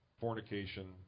fornication